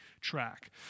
track